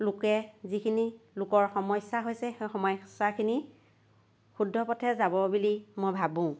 লোকে যিখিনি লোকৰ সমস্যা হৈছে সেই সমস্যাখিনি শুদ্ধ পথে যাব বুলি মই ভাবোঁ